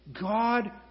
God